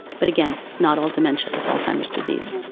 but again, not all dementia is alzheimer's disease.